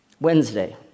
Wednesday